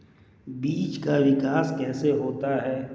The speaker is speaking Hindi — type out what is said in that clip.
बीज का विकास कैसे होता है?